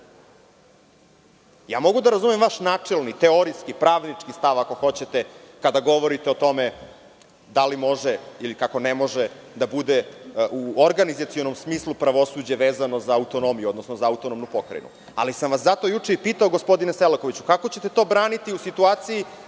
Mogu da razumem vaš načelni, teorijski pravnički stav, ako hoćete kada govorite o tome da li može, ili kako ne može da bude u organizacionom smislu pravosuđe vezano za autonomiju, odnosno za autonomnu pokrajinu, ali sam vas zato juče i pitao, gospodine Selakoviću, kako ćete to braniti u situaciji